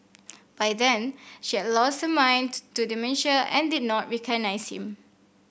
by then she had lost her mind to to dementia and did not recognise him